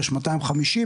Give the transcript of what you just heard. יש 250,